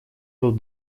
был